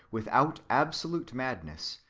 without absolute madness,